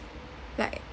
like